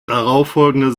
darauffolgenden